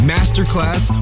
Masterclass